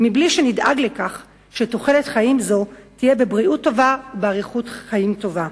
מבלי שנדאג לכך שתוחלת חיים זו תהיה בבריאות טובה ובאריכות חיים טובה.